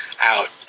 out